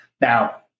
Now